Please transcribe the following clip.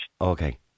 Okay